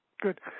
Good